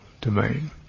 domain